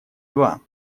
два